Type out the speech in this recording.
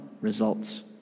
results